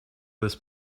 this